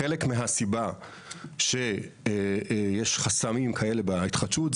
חלק מהסיבה שיש חסמים כאלה בהתחדשות,